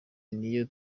niyo